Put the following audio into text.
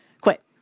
quit